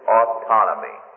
autonomy